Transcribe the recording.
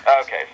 Okay